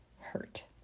hurt